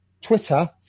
Twitter